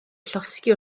llosgi